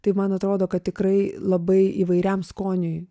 tai man atrodo kad tikrai labai įvairiam skoniui